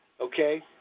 okay